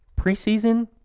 preseason